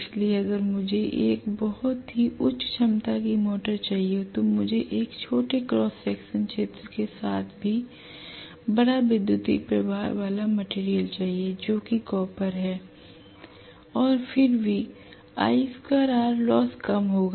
इसलिए अगर मुझे एक बहुत ही उच्च क्षमता की मोटर चाहिए तो मुझे एक छोटे क्रॉस सेक्शन क्षेत्र के साथ भी बड़ा विद्युत प्रवाह वाला मटेरियल चाहिए जोकि कॉपर है l और फिर भी लॉस कम होगा